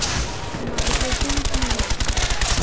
Marketing की है?